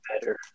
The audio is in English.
better